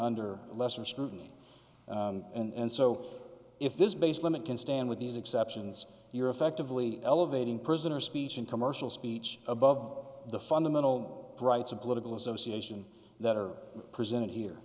under less of scrutiny and so if this basic limit can stand with these exceptions you're effectively elevating prisoner speech and commercial speech above the fundamental rights of political association that are presented here